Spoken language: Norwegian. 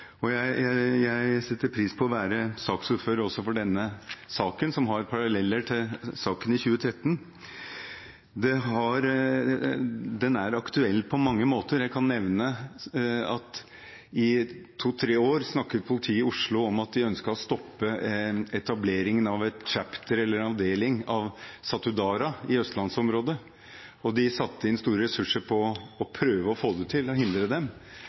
organisasjoner. Jeg setter pris på å være saksordfører også for denne saken, som har paralleller til saken fra 2013. Den er aktuell på mange måter. Jeg kan nevne at politiet i Oslo i to–tre år snakket om at de ønsket å stoppe etableringen av et «chapter», eller en avdeling, av Satudarah i østlandsområdet. De satte inn store ressurser på å prøve å hindre dem,